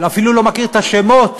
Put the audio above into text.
אפילו לא מכיר את השמות